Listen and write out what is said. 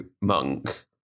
monk